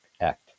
Act